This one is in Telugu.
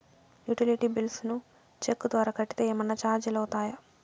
యుటిలిటీ బిల్స్ ను చెక్కు ద్వారా కట్టితే ఏమన్నా చార్జీలు అవుతాయా?